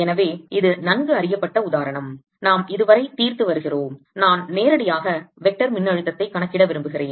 எனவே இது நன்கு அறியப்பட்ட உதாரணம் நாம் இதுவரை தீர்த்து வருகிறோம் நான் நேரடியாக வெக்டர் மின்னழுத்தத்தை கணக்கிட விரும்புகிறேன்